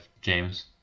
James